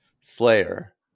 Slayer